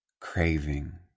craving